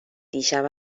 دیشب